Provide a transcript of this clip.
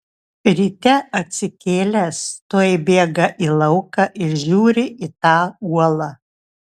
ryte atsikėlęs tuoj bėga į lauką ir žiūrį į tą uolą